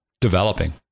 developing